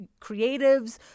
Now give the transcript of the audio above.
creatives